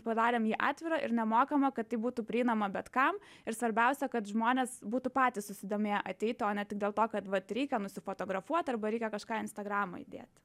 padarėm jį atvirą ir nemokamą kad būtų prieinama bet kam ir svarbiausia kad žmonės būtų patys susidomėję ateiti o ne tik dėl to kad vat reikia nusifotografuot arba reikia kažką į instagramą įdėti